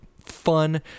fun